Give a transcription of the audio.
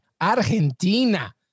Argentina